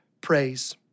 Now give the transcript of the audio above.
praise